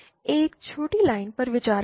एक छोटी लाइन पर विचार करें